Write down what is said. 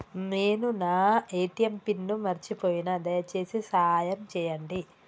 నేను నా ATM pin మర్చిపోయిన, దయచేసి సాయం చేయండి